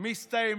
כבר מסתיימים.